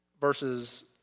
verses